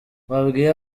wabwiye